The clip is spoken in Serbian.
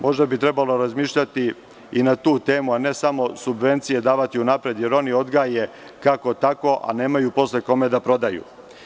Možda bi trebalo razmišljati i na tu temu, a ne samo subvencije davati unapred, jer oni odgaje kako-tako, a posle nemaju kome da prodaju.